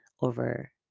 over